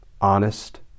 honest